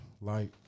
light